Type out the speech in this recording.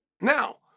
Now